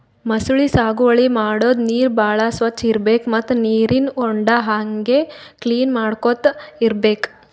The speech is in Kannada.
ಮೊಸಳಿ ಸಾಗುವಳಿ ಮಾಡದ್ದ್ ನೀರ್ ಭಾಳ್ ಸ್ವಚ್ಚ್ ಇರ್ಬೆಕ್ ಮತ್ತ್ ನೀರಿನ್ ಹೊಂಡಾ ಹಂಗೆ ಕ್ಲೀನ್ ಮಾಡ್ಕೊತ್ ಇರ್ಬೆಕ್